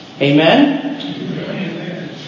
Amen